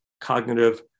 cognitive